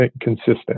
consistent